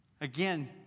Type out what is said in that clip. Again